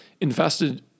invested